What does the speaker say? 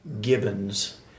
Gibbons